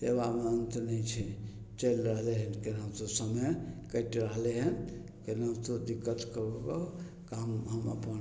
सेवामे अन्त नहि छै चलि रहलै हँ केनाहितो समय कटि रहलै हँ केनाहितो दिक्कत कऽ कऽ काम हम अपन